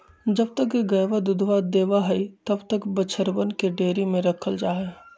जब तक गयवा दूधवा देवा हई तब तक बछड़वन के डेयरी में रखल जाहई